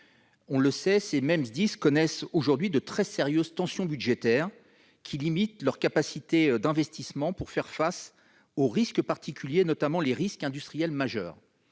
on le sait, ils connaissent de très sérieuses tensions budgétaires, qui limitent leur capacité à investir pour faire face aux risques particuliers, notamment aux risques industriels majeurs.